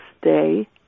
stay